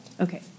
Okay